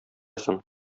соң